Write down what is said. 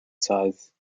size